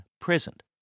present